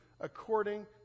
according